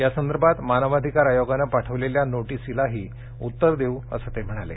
या संदभात मानवाधिकार आयोगानं पाठवले या नोटिसीलाही उ र देऊ असं ते हणाले